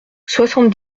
soixante